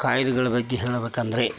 ಕಾಯ್ಲೆಗಳ ಬಗ್ಗೆ ಹೇಳ್ಬೇಕಂದರೆ